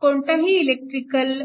कोणताही इलेक्ट्रिकल